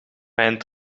mijn